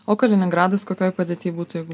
o kaliningradas kokioj padėty būtų jeigu